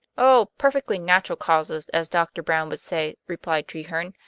oh, perfectly natural causes, as dr. brown would say, replied treherne.